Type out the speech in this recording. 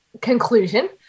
conclusion